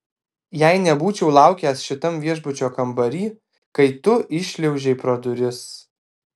jei nebūčiau laukęs šitam viešbučio kambary kai tu įšliaužei pro duris